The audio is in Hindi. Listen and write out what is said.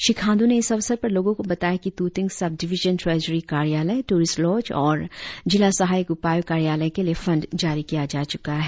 श्री खांडू ने इस अवसर पर लोगों को बताया कि तूतिंग सबडिविजन ट्रेजरी कार्यालय टूरिस्ट लॉज और जिला सहायक उपायुक्त कार्यालय के लिए फंड जारी किया जा चुका है